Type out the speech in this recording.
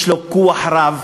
יש לו כוח רב,